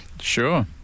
Sure